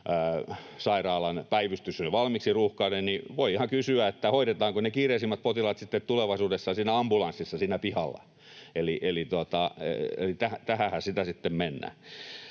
sairaalan päivystys on jo valmiiksi ruuhkainen, niin voi ihan kysyä, hoidetaanko ne kiireisimmät potilaat sitten tulevaisuudessa ambulanssissa siinä pihalla. Eli tähänhän sitä sitten mennään.